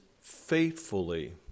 faithfully